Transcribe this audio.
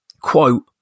quote